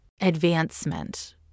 advancement